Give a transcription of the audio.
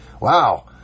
wow